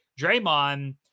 Draymond